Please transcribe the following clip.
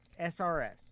SRS